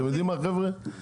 תראו לנו את המידע כמה זה לוקח.